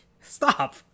stop